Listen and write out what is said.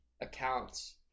accounts